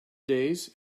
days